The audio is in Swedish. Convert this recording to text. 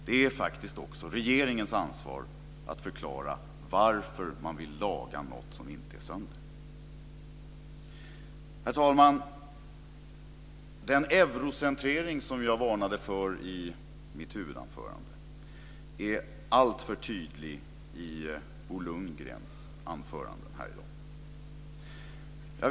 Det är faktiskt regeringens ansvar att förklara varför man vill laga något som inte är sönder. Herr talman! Den eurocentrering som jag varnade för i mitt huvudanförande är alltför tydlig i Bo Lundgrens anförande här i dag.